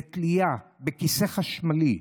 בתלייה, בכיסא חשמלי,